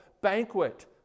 banquet